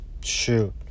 shoot